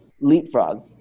Leapfrog